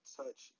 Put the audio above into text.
touch